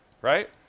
right